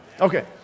Okay